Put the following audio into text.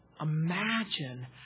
Imagine